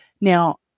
now